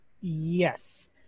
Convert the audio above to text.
Yes